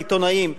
העיתונאים,